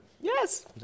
Yes